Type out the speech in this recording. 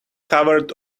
covered